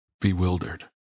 bewildered